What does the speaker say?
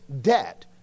debt